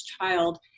child